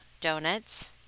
donuts